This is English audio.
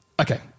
okay